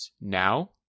Now